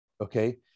okay